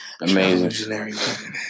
Amazing